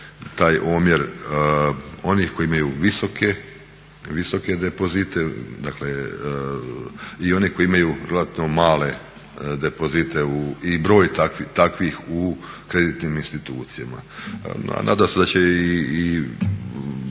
taj omjer onih koji imaju visoke depozite i one koji imaju vjerojatno male depozite i broj takvih u kreditnim institucijama. Nadam se da će i